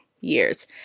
years